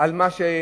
על מה,